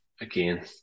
again